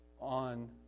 on